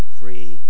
free